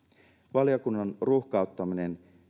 valiokunnan ruuhkauttaminen